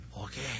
Okay